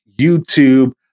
YouTube